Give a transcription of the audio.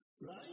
Right